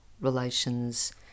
relations